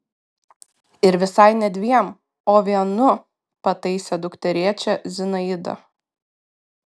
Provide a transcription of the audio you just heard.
ir visai ne dviem o vienu pataisė dukterėčią zinaida